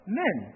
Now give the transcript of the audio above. men